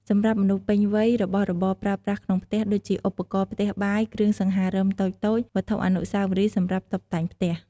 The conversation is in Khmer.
សម្រាប់មនុស្សពេញវ័យរបស់របរប្រើប្រាស់ក្នុងផ្ទះដូចជា ឧបករណ៍ផ្ទះបាយ គ្រឿងសង្ហារិមតូចៗ វត្ថុអនុស្សាវរីយ៍សម្រាប់តុបតែងផ្ទះ។